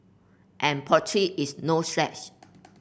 and Portugal is no slouch